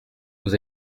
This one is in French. vous